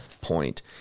point